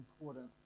important